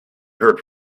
heard